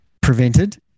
prevented